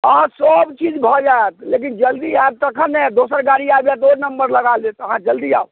हँ सब चीज भऽ जाएत लेकिन जल्दी आएब तखन ने दोसर गाड़ी आबि जाएत ओ नम्बर लगा देत अहाँ जल्दी आउ